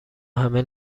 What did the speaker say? همه